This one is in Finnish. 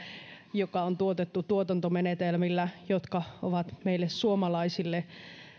joka on tuotettu tuotantomenetelmillä jotka ovat meille suomalaisille